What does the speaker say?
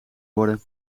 worden